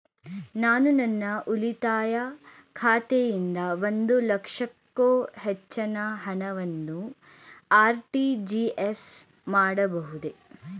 ನಾನು ನನ್ನ ಉಳಿತಾಯ ಖಾತೆಯಿಂದ ಒಂದು ಲಕ್ಷಕ್ಕೂ ಹೆಚ್ಚಿನ ಹಣವನ್ನು ಆರ್.ಟಿ.ಜಿ.ಎಸ್ ಮಾಡಬಹುದೇ?